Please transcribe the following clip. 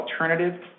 alternative